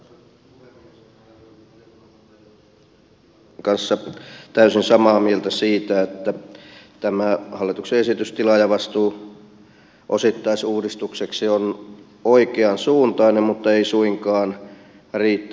olen valiokunnan puheenjohtajan edustaja filatovin kanssa täysin samaa mieltä siitä että tämä hallituksen esitys tilaajavastuulain osittaisuudistukseksi on oikeansuuntainen mutta ei suinkaan riittävä